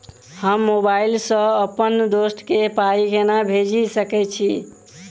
हम मोबाइल सअ अप्पन दोस्त केँ पाई केना भेजि सकैत छी?